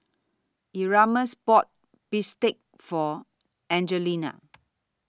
Erasmus bought Bistake For Angelina